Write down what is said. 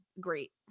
Great